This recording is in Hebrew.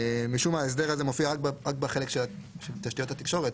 משום מה ההסדר הזה מופיע רק בחלק של תשתיות התקשורת,